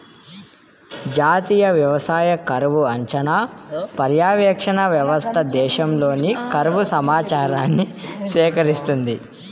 జాతీయ వ్యవసాయ కరువు అంచనా, పర్యవేక్షణ వ్యవస్థ దేశంలోని కరువు సమాచారాన్ని సేకరిస్తుంది